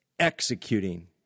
executing